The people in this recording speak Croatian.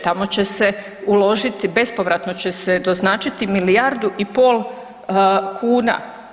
Tamo že se uložiti, bespovratno će se doznačiti milijardu i pol kuna.